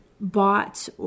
bought